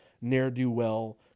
ne'er-do-well